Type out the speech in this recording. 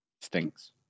stinks